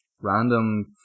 random